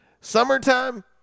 Summertime